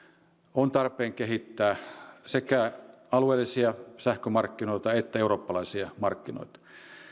on tarpeen kehittää sekä alueellisia sähkömarkkinoita että eurooppalaisia markkinoita